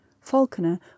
Falconer